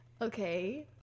okay